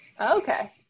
Okay